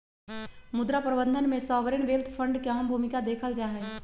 मुद्रा प्रबन्धन में सॉवरेन वेल्थ फंड के अहम भूमिका देखल जाहई